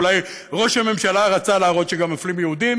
אולי ראש הממשלה רצה להראות שגם מפלים יהודים,